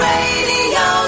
Radio